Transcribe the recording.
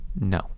No